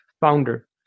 founder